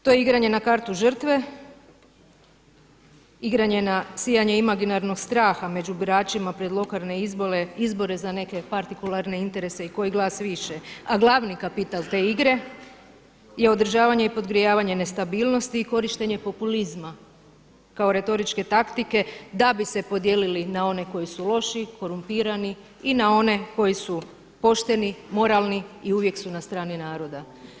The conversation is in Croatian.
To je igranje na kartu žrtve, igranje na sijanje imaginarnog straha među biračima pred lokalne izbore za neke partikularne interese i koji glas više, a glavni kapital te igre je održavanje i podgrijavanje nestabilnosti i korištenje populizma kao retoričke taktike da bi se podijelili na one koji su loši, korumpirani i na one koji su pošteni, moralni i uvijek su na strani naroda.